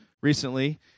recently